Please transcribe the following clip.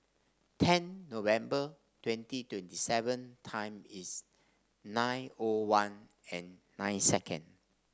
ten November twenty twenty seven time is nine O one and nine second